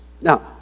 Now